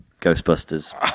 Ghostbusters